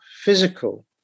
physical